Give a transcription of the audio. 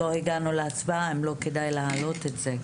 אבל האם לא כדאי להעלות את זה?